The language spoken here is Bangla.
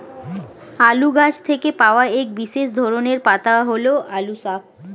আলু গাছ থেকে পাওয়া এক বিশেষ ধরনের পাতা হল আলু শাক